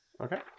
Okay